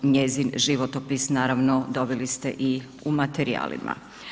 Njezin životopis, naravno, dobili ste u materijalima.